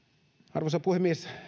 arvoisa puhemies